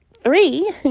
three